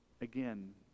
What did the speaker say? again